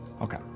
Okay